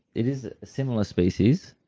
it is a similar species,